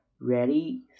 Ready